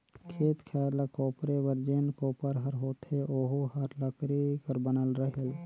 खेत खायर ल कोपरे बर जेन कोपर हर होथे ओहू हर लकरी कर बनल रहेल